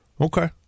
Okay